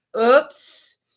Oops